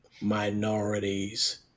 minorities